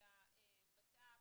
שקבענו שמורכב מנציגי בט"פ,